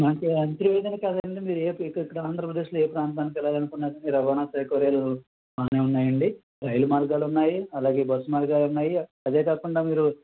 అంటే అంతర్వేదనే కాదండి మీరు ఏ ఎక్కడెక్కడ ఆంధ్రప్రదేశ్లో ఏ ప్రాంతానికి వెళ్లాలనుకున్నా సరే రవాణా సౌకర్యాలు బాగానే ఉన్నాయండి రైలు మార్గాలు ఉన్నాయి అలాగే బస్సు మార్గాలు ఉన్నాయి అవే కాకుండా మీరు